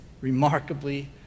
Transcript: remarkably